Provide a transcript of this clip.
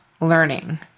learning